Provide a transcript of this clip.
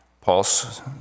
Paul's